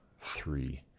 three